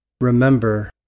Remember